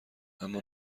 اما